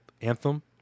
anthem